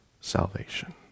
salvation